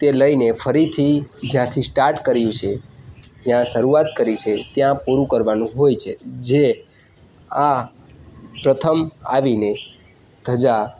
તે લઈને ફરીથી જ્યાંથી સ્ટાર્ટ કર્યું છે જ્યાં શરૂઆત કરી છે ત્યાં પૂરું કરવાનું હોય છે જે આ પ્રથમ આવીને ધજા